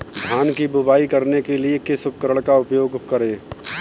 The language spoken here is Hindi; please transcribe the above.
धान की बुवाई करने के लिए किस उपकरण का उपयोग करें?